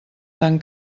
tan